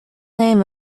name